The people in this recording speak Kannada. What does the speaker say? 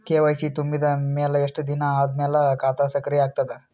ಕೆ.ವೈ.ಸಿ ತುಂಬಿದ ಅಮೆಲ ಎಷ್ಟ ದಿನ ಆದ ಮೇಲ ಖಾತಾ ಸಕ್ರಿಯ ಅಗತದ?